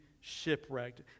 shipwrecked